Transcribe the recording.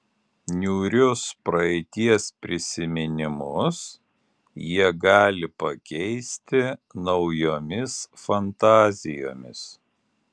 niūrius praeities prisiminimus jie gali pakeisti naujomis fantazijomis